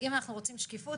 אם אנחנו רוצים שקיפות,